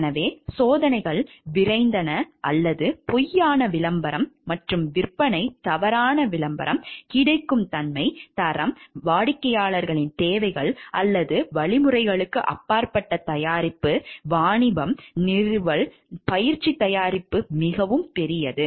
எனவே சோதனைகள் விரைந்தன அல்லது பொய்யான விளம்பரம் மற்றும் விற்பனை தவறான விளம்பரம் கிடைக்கும் தன்மை தரம் வாடிக்கையாளரின் தேவைகள் அல்லது வழிமுறைகளுக்கு அப்பாற்பட்ட தயாரிப்பு வாணிபம் நிறுவல் பயிற்சி தயாரிப்பு மிகவும் பெரியது